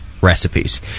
recipes